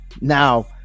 Now